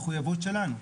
מחויבות שלנו.